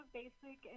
basic